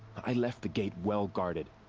i left the gate well-guarded.